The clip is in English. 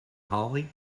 hollie